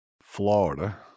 Florida